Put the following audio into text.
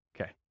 Okay